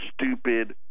Stupid